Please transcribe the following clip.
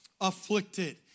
afflicted